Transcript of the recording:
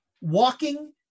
walking